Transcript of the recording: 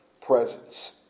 presence